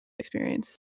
experience